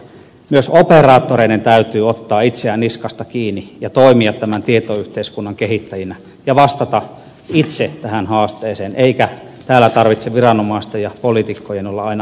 myös operaattoreiden täytyy ottaa itseään niskasta kiinni ja toimia tämän tietoyhteiskunnan kehittäjinä ja vastata itse tähän haasteeseen eikä täällä tarvitse viranomaisten ja poliitikkojen olla aina ohjaamassa